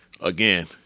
again